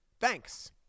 Thanks